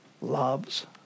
loves